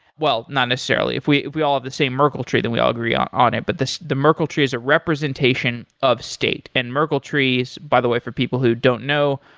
well, not necessarily. if we we all have the same merkle tree, then we all agree on on it, but the merkle tree as a representation of state, and merkle tree, by the way, for people who don't know,